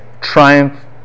triumph